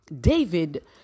David